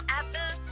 apple